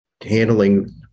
handling